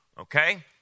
Okay